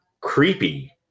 creepy